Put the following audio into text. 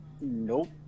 nope